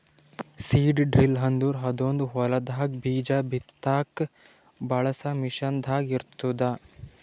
seed drill ಅಂದುರ್ ಅದೊಂದ್ ಹೊಲದಾಗ್ ಬೀಜ ಬಿತ್ತಾಗ್ ಬಳಸ ಮಷೀನ್ ದಾಗ್ ಇರ್ತ್ತುದ